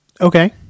Okay